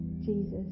Jesus